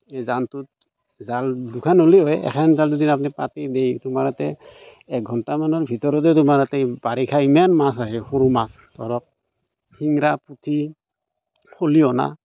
এই জানটোত জাল দুখন হ'লেও হয় এখন তাত যদি আপুনি পাতি দিয়ে তোমাৰ তাতে এঘণ্টামানৰ ভিতৰতে তোমাৰ তাতে বাৰিষা ইমান মাছ আহে সৰু মাছ ধৰক শিঙৰা পুঠি খলিহনা